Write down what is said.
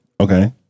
Okay